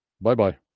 Bye-bye